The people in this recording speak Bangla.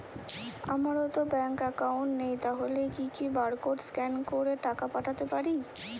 আমারতো ব্যাংক অ্যাকাউন্ট নেই তাহলে কি কি বারকোড স্ক্যান করে টাকা পাঠাতে পারি?